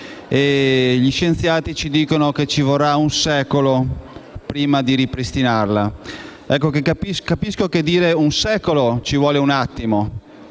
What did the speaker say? Gli scienziati ci dicono che ci vorrà un secolo prima di ripristinarla. Capisco che a dire un secolo ci vuole un attimo;